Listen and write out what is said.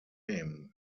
name